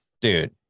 dude